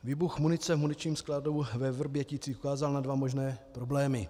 Výbuch munice v muničním skladu ve Vrběticích ukázal na dva možné problémy.